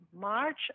March